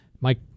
Mike